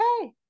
okay